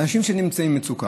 לאנשים שנמצאים במצוקה.